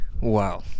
Wow